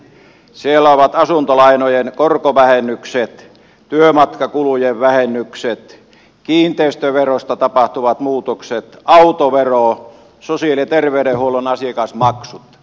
siellä ovat asuntolainojen korkovähennykset työmatkakulujen vähennykset kiinteistöverossa tapahtuvat muutokset autovero sosiaali ja terveydenhuollon asiakasmaksut